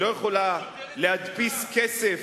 היא לא יכולה להדפיס כסף,